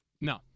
no